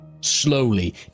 Slowly